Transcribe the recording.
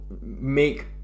make